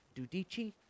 Dudici